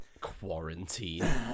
Quarantine